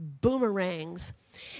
boomerangs